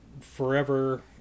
forever